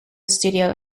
studio